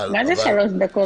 מה זה שלוש דקות